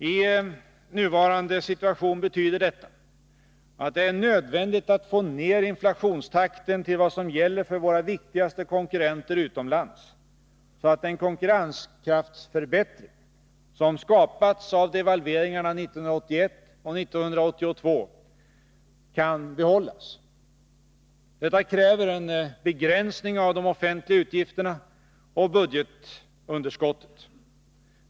I nuvarande situation betyder detta att det är nödvändigt att få ner inflationstakten till vad som gäller för våra viktigaste konkurrenter utomlands, så att den konkurrenskraftsförbättring som skapats av devalveringarna 1981 och 1982 kan behållas. Detta kräver en begränsning av de offentliga utgifterna och av budgetunderskottet.